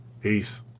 Peace